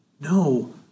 No